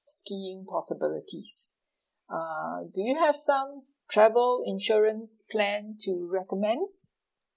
skiing possibilities uh do you have some travel insurance plan to recommend